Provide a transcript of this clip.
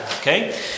Okay